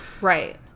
Right